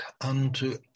unto